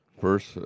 First